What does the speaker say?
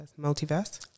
Multiverse